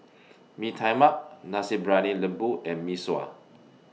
Mee Tai Mak Nasi Briyani Lembu and Mee Sua